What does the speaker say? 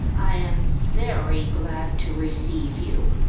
i am very glad to receive you,